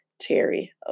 Terry